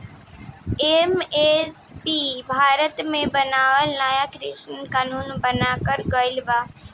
MSP Bharat मे बनावल नाया कृषि कानून बनाकर गइल बा